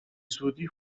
زودی